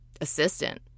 assistant